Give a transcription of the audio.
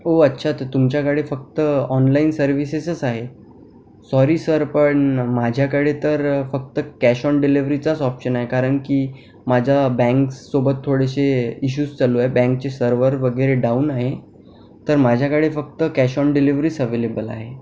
ओह अच्छा तर तुमच्याकडे फक्त ऑनलाईन सर्व्हिसेसच आहे सॉरी सर पण माझ्याकडे तर फक्त कॅश ऑन डिलिव्हरीचाच ऑप्शन आहे कारण की माझा बँकसोबत थोडेशे इश्युज चालू आहेत बँकचे सर्व्हर वगैरे डाउन आहे तर माझ्याकडे फक्त कॅश ऑन डिलिव्हरीच अव्हेलेबल आहे